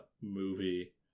movie